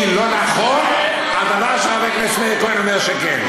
"לא נכון" על דבר שחבר הכנסת מאיר כהן אומר שכן?